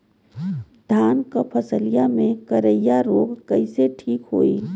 धान क फसलिया मे करईया रोग कईसे ठीक होई?